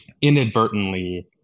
inadvertently